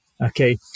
Okay